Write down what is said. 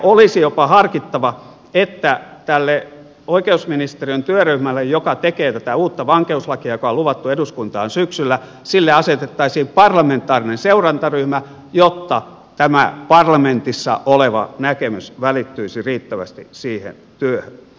olisi jopa harkittava että tälle oikeusministeriön työryhmälle joka tekee tätä uutta vankeuslakia joka on luvattu eduskuntaan syksyllä asetettaisiin parlamentaarinen seurantaryhmä jotta tämä parlamentissa oleva näkemys välittyisi riittävästi siihen työhön